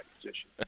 position